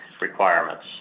requirements